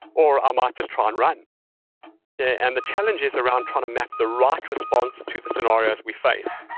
or i ah might just try and run the and the challenge is around trying to map the right response to the scenarios we face.